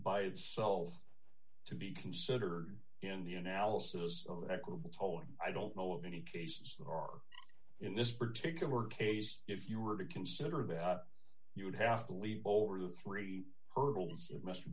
by itself to be considered in the analysis of equitable tolling i don't know of any cases that are in this particular case if you were to consider of it you would have to leap over the three hurdles to m